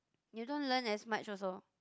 you don't learn as much also